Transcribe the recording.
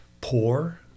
poor